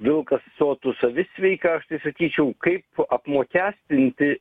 vilkas sotus avis sveika aš tai sakyčiau kaip apmokestinti